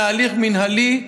אלא הליך מינהלי,